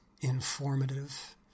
informative